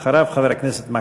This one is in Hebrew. אחריו, חבר הכנסת מקלב.